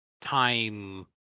time